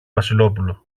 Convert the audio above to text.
βασιλόπουλο